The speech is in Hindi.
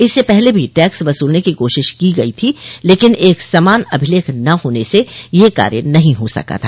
इससे पहले भी टैक्स वसूलने की कोशिश की गई थी लेकिन एक समान अभिलेख न होने से ये कार्य नहीं हो सका था